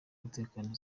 umutekano